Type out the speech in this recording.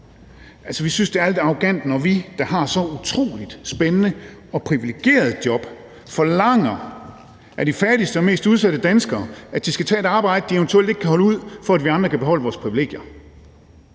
vi synes, det er lidt arrogant, når vi, der har et så utrolig spændende og privilegeret job, forlanger af de fattigste og mest udsatte danskere, at de skal tage et arbejde, de eventuelt ikke kan holde ud, for at vi andre kan beholde vores privilegier.